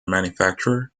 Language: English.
manufacture